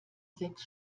sechs